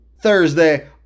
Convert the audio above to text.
Thursday